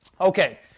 Okay